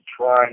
trying